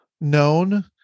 known